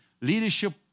leadership